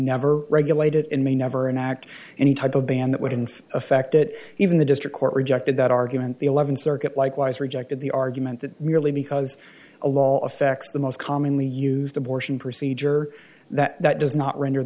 never regulated and may never enact any type of ban that wouldn't affect it even the district court rejected that argument the eleventh circuit likewise rejected the argument that merely because a law affects the most commonly used abortion procedure that does not render